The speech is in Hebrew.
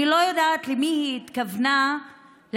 אני לא יודעת את מי היא התכוונה להעליב,